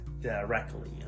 Directly